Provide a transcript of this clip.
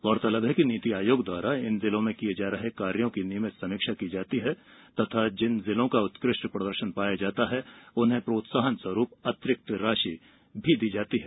गौरतलब है कि नीति आयोग द्वारा इन जिलों में किए जा रहे कार्यो की नियमित समीक्षा की जाती है तथा जिन जिलों का उत्कृष्ट प्रदर्शन पाया जाता है उन्हें प्रोत्साहन स्वरूप अतिरिक्त राशि दी जाती है